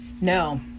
No